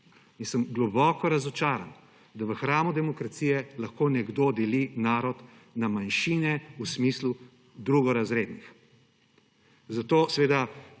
sem razočaran, da v hramu demokracije lahko nekdo deli narod na manjšine v smislu drugorazrednih. Zato seveda